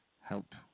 help